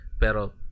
Pero